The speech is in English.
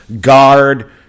guard